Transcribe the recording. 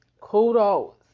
Kudos